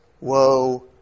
Woe